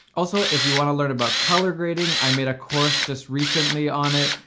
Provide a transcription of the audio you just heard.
also, if you wanna learn about color grading, i made a course just recently on it.